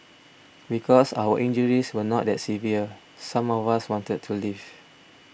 because our injuries were not that severe some of us wanted to leave